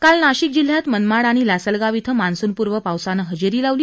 काल नाशिक जिल्ह्यात मनमाड आणि लासलगाव इथं मान्सूनपूर्व पावसानं हजेरी लावली